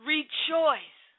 Rejoice